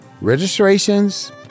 registrations